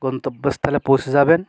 গন্তব্যস্থলে পৌঁছে যাবেন